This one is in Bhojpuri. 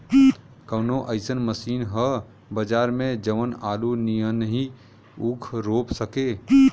कवनो अइसन मशीन ह बजार में जवन आलू नियनही ऊख रोप सके?